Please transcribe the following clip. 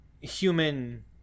human